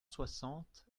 soixante